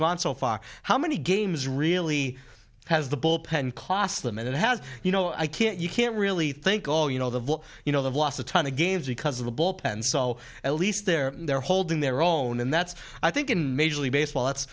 gone so far how many games really has the bullpen cost them and it has you know i can't you can't really think all you know the you know they've lost a ton of games because of the bullpen so at least they're they're holding their own and that's i think in major league baseball that's